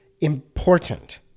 important